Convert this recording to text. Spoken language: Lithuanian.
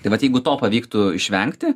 tai vat jeigu to pavyktų išvengti